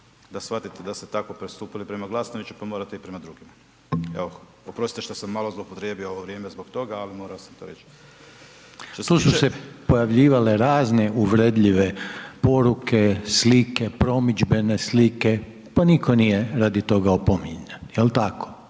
da shvatite da ste tako postupili prema Glasnoviću pa morate i prema drugima. Evo, oprostite što sam malo zloupotrijebio ovo vrijeme zbog toga, ali morao sam to reći. **Reiner, Željko (HDZ)** Tu su se pojavljivale razne uvredljive poruke, slike, promidžbene slike, pa nitko nije radi toga opominjan, je li tako?